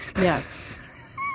Yes